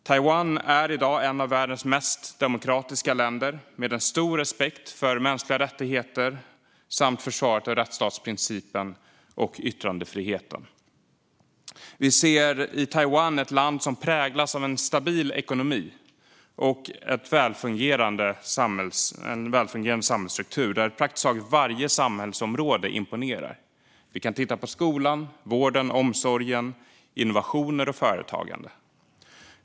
Taiwan är i dag ett av världens mest demokratiska länder, med stor respekt för mänskliga rättigheter och försvaret av rättsstatsprincipen och yttrandefriheten. Vi ser i Taiwan ett land som präglas av en stabil ekonomi och en välfungerande samhällsstruktur där praktiskt taget varje samhällsområde imponerar. Vi kan titta på skolan, vården och omsorgen, liksom på innovationer och företagande.